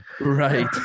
Right